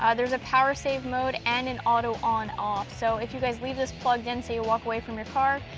ah there's a power save mode and an auto on, off. so if you guys leave this plugged in, say walk away from your car,